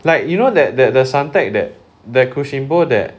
like you know that that the suntec that that Kushinbo that